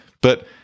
But-